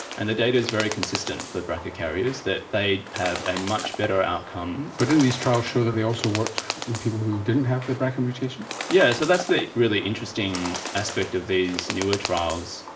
and the data is very consistent for brca carriers, that they have a much better outcome. but didn't these trials show that they also worked in people who didn't have the brca mutation? yes, so that's the really interesting aspect of these newer trials,